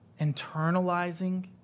internalizing